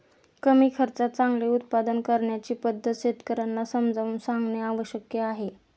कमी खर्चात चांगले उत्पादन करण्याची पद्धत शेतकर्यांना समजावून सांगणे आवश्यक आहे